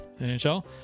NHL